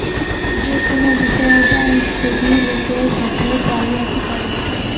যে কোনো বিষয়ে ব্যাঙ্ক যদি লোকের সাথে জালিয়াতি করে